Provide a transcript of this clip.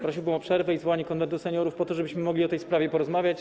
Prosiłbym o przerwę i zwołanie Konwentu Seniorów, żebyśmy mogli o tej sprawie porozmawiać.